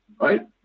right